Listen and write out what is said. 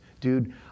Dude